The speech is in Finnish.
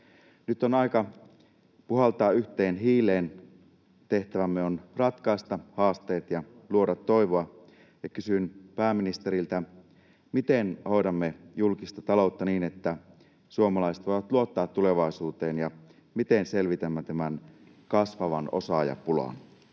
Nyt on aika puhaltaa yhteen hiileen. Tehtävämme on ratkaista haasteet ja luoda toivoa, ja kysyn pääministeriltä: miten hoidamme julkista taloutta niin, että suomalaiset voivat luottaa tulevaisuuteen, ja miten selvitämme tämän kasvavan osaajapulan?